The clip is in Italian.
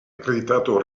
accreditato